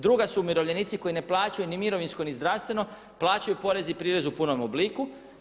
Druga su umirovljenici koji ne plaćaju ni mirovinsko ni zdravstveno, plaćaju porez i prirez u punom obliku.